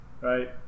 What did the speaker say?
right